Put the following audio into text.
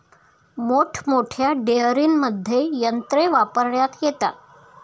मोठमोठ्या डेअरींमध्ये यंत्रे वापरण्यात येतात